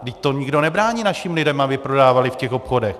Vždyť nikdo nebrání našim lidem, aby prodávali v těch obchodech.